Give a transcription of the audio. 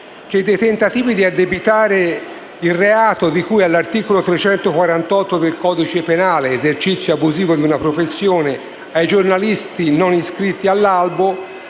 che tentativi di addebitare il reato di cui all'articolo 348 del codice penale, esercizio abusivo di una professione, ai giornalisti non iscritti all'albo